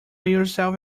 yourself